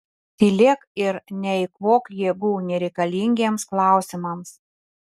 tylėk ir neeikvok jėgų nereikalingiems klausimams